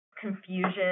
confusion